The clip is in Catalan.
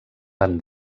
van